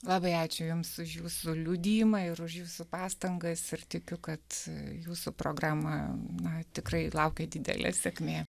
labai ačiū jums už jūsų liudijimą ir už jūsų pastangas ir tikiu kad jūsų programa na tikrai laukia didelė sėkmė